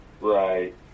Right